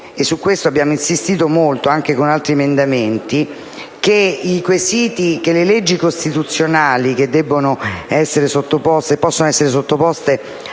e su questo abbiamo insistito molto, anche con altri emendamenti - che le leggi costituzionali che possono essere sottoposte